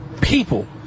people